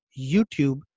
YouTube